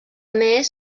més